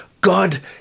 God